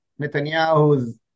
Netanyahu's